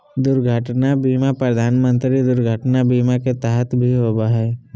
दुर्घटना बीमा प्रधानमंत्री दुर्घटना बीमा के तहत भी होबो हइ